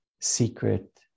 secret